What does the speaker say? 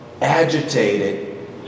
agitated